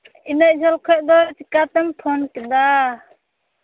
ᱤᱱᱟᱹᱜ ᱡᱷᱟᱹᱞ ᱠᱷᱚᱱ ᱫᱚ ᱪᱤᱠᱟᱹᱛᱮᱢ ᱯᱷᱳᱱ ᱠᱮᱫᱟ